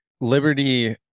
Liberty